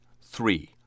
three